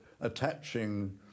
attaching